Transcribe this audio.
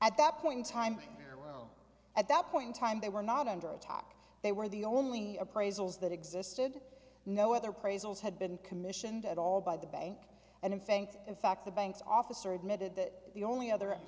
at that point in time it will at that point time they were not under attack they were the only appraisals that existed no other praises had been commissioned at all by the bank and in fact in fact the bank's officer admitted that the only other